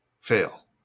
fail